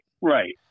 right